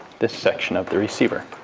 this section of the receiver.